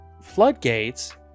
floodgates